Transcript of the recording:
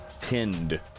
pinned